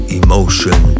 emotion